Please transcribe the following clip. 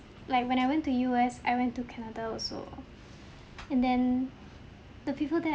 like when I went to U_S I went to canada also and then the people there